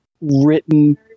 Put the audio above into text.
written